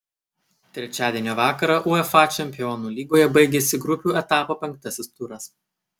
trečiadienio vakarą uefa čempionų lygoje baigėsi grupių etapo penktasis turas